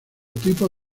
tipo